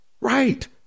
Right